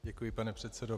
Děkuji, pane předsedo.